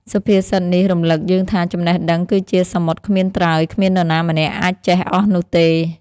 សុភាសិតនេះរំឭកយើងថា ចំណេះដឹងគឺជាសមុទ្រគ្មានត្រើយ គ្មាននរណាម្នាក់អាចចេះអស់នោះទេ។